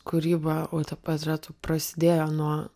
kūryba autoportretų prasidėjo nuo